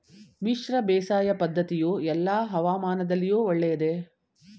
ಮಿಶ್ರ ಬೇಸಾಯ ಪದ್ದತಿಯು ಎಲ್ಲಾ ಹವಾಮಾನದಲ್ಲಿಯೂ ಒಳ್ಳೆಯದೇ?